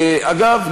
אגב,